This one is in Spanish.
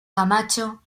camacho